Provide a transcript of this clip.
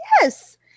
Yes